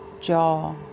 jaw